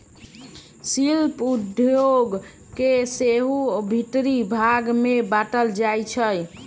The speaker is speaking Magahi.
शिल्प उद्योग के सेहो आन भिन्न भाग में बाट्ल जाइ छइ